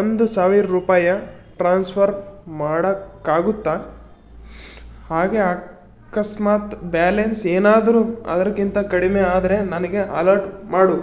ಒಂದು ಸಾವಿರ ರೂಪಾಯ ಟ್ರಾನ್ಸ್ಫರ್ ಮಾಡೋಕ್ಕಾಗುತ್ತಾ ಹಾಗೆ ಅಕಸ್ಮಾತ್ ಬ್ಯಾಲೆನ್ಸ್ ಏನಾದರೂ ಅದ್ಕಿಂತ ಕಡಿಮೆ ಆದರೆ ನನಗೆ ಅಲಟ್ ಮಾಡು